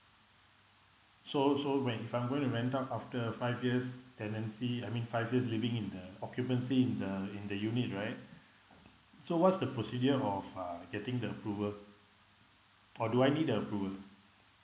so so when if I'm going to rent out after five years tenancy I mean five years living in the occupancy in the in the unit right so what's the procedure of uh getting the approval or do I need a approval